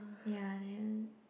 ya then